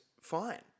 fine